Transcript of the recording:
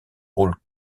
rôle